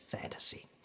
fantasy